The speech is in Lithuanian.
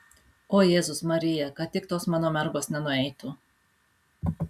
o jėzus marija kad tik tos mano mergos nenueitų